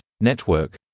network